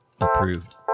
approved